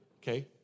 okay